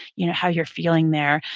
you know how you're feeling there,